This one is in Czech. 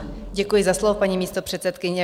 Děkuji za slovo, paní místopředsedkyně.